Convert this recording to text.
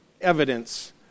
evidence